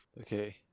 Okay